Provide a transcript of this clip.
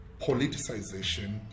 politicization